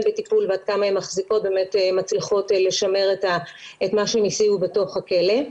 בטיפול ועד כמה הן מצליחות לשמר את מה שהן השיגו בתוך הכלא.